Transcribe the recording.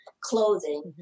clothing